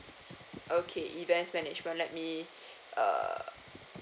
okay events management let me err